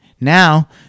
Now